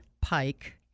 Pike